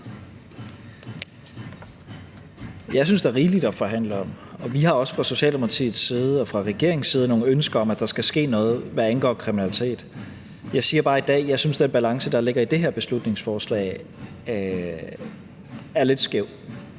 Jeg synes, der er rigeligt at forhandle om. Vi har også fra Socialdemokratiets side og fra regeringens side nogle ønsker om, at der skal ske noget, hvad angår kriminalitet. Jeg siger bare i dag, at jeg synes, den balance, der ligger i det her beslutningsforslag, er lidt skæv.